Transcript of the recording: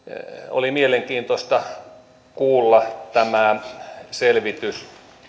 oli mielenkiintoista kuulla tämä selvitys